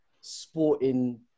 sporting